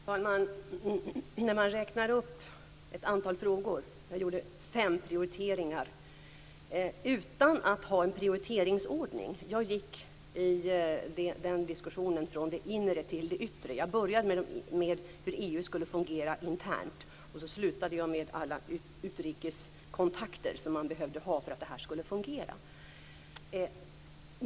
Fru talman! När jag räknade upp ett antal frågor gjorde jag fem prioriteringar utan någon prioriteringsordning. Jag gick i den diskussionen från det inre till det yttre. Jag började med hur EU skall fungera internt och avslutade med alla utrikeskontakter som är nödvändiga för att detta skall fungera.